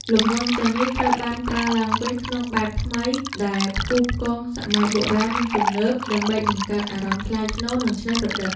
លំនាំទាំងនេះត្រូវបានប្រើឡើងវិញក្នុងបែបថ្មី ដែលផ្គូផ្គងសម័យបុរាណ និងទំនើប ដើម្បីបង្កើតអារម្មណ៍ថ្លៃថ្នូរ និងច្នៃប្រឌិត។